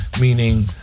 Meaning